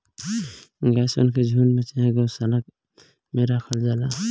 गाय सन के झुण्ड में चाहे गौशाला में राखल जाला